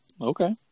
Okay